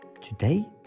Today